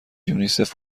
یونیسف